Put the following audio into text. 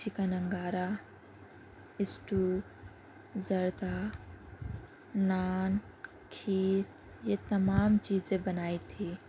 chicken انگارہ stew زردہ نان کھیر یہ تمام چیزیں بنائی تھی